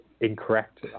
incorrect